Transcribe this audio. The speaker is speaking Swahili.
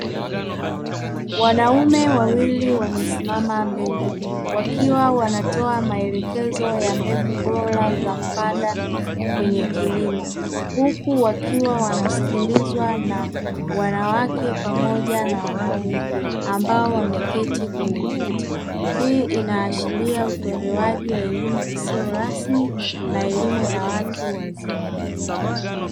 Wanaume wawili wamesimama mbele wakiwa wanatoa maelekezo ya mbegu bora za kupanda kwenye kilimo huku wakiwa wanasikilizwa na wanawake pamoja na wanaume ambao wameketi kwenye viti, hii inaashiria utolewaji wa elimu isiyo rasmi na elimu ya watu wazima.